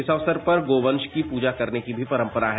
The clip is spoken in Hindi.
इस अवसर पर गोवंश की पूजा करने की भी परंपरा है